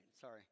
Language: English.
Sorry